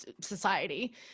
society